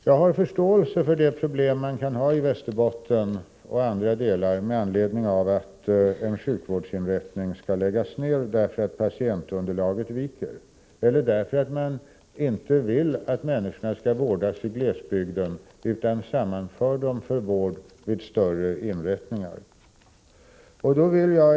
Jag har förståelse för de problem man kan ha i Västerbotten och i andra delar av landet med anledning av att en sjukvårdsinrättning skall läggas ned därför att patientunderlaget viker eller därför att man inte vill att människorna skall vårdas i glesbygden utan sammanför dem för vård i större inrättningar.